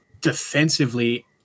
defensively